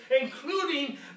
including